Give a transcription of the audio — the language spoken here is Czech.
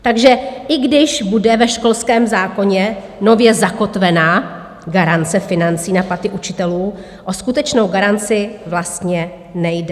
Takže i když bude ve školském zákoně nově zakotvena garance financí na platy učitelů, o skutečnou garanci vlastně nejde.